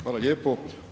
Hvala lijepo.